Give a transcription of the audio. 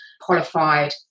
qualified